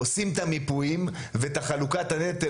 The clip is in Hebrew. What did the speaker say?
עושים את המיפויים ואת חלוקת הנטל,